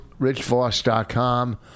RichVoss.com